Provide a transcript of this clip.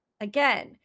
Again